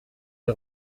les